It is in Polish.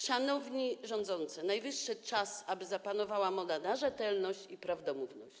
Szanowni rządzący, najwyższy czas, aby zapanowała moda na rzetelność i prawdomówność.